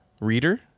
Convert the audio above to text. reader